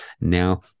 now